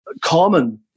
Common